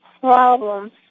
problems